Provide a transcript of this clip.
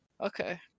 Okay